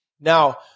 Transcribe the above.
Now